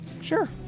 Sure